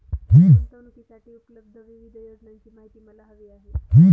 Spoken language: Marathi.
गुंतवणूकीसाठी उपलब्ध विविध योजनांची माहिती मला हवी आहे